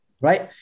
right